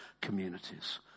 communities